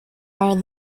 are